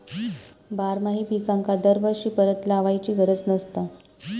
बारमाही पिकांका दरवर्षी परत लावायची गरज नसता